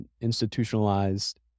institutionalized